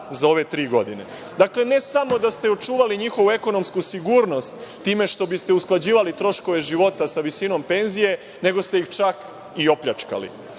za ove tri godine. Dakle, ne samo da ste očuvali njihovu ekonomsku sigurnost time što biste usklađivali troškove života sa visinom penzije, nego ste ih čak i opljačkali. Želeo